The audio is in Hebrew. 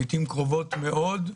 לעתים קרובות מאוד,